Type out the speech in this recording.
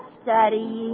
study